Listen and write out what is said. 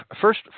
first